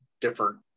different